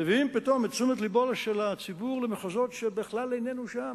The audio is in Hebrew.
מביאים פתאום את תשומת לבו של הציבור למחוזות שבכלל איננו שם,